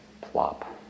plop